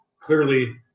clearly